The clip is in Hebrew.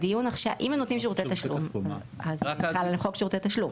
אם הם נותנים שירותי תשלום אז זה חל על חוק שירותי תשלום,